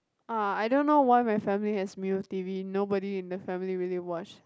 ah I don't know why my family has Mio T_V nobody in the family really watch